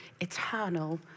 eternal